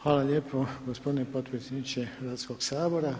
Hvala lijepo gospodine potpredsjedniče Hrvatskog sabora.